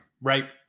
Right